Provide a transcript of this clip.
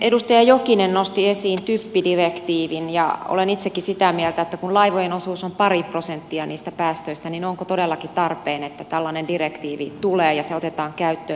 edustaja jokinen nosti esiin typpidirektiivin ja olen itsekin sitä mieltä että kun laivojen osuus on pari prosenttia niistä päästöistä niin onko todellakin tarpeen että tällainen direktiivi tulee ja se otetaan käyttöön